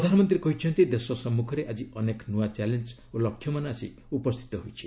ପ୍ରଧାନମନ୍ତ୍ରୀ କହିଛନ୍ତି ଦେଶ ସମ୍ମୁଖରେ ଆଜି ଅନେକ ନୂଆ ଚ୍ୟାଲେଞ୍ଜ ଓ ଲକ୍ଷ୍ୟମାନ ଆସି ଉପସ୍ଥିତ ହୋଇଛି